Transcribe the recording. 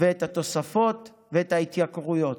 ואת התוספות ואת ההתייקרויות.